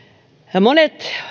ja monet